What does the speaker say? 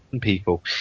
people